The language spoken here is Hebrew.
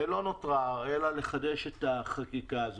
ולא נותר אלא לחדש את החקיקה הזאת.